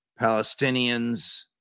Palestinians